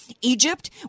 Egypt